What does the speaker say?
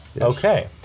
Okay